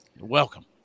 Welcome